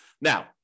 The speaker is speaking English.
Now